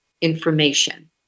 information